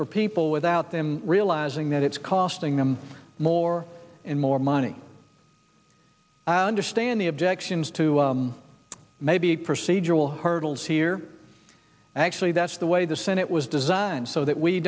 for people without them realizing that it's costing them more and more money i understand the objections to maybe procedural hurdles here actually that's the way the senate was designed so that we